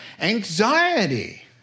anxiety